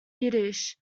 yiddish